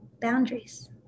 boundaries